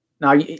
Now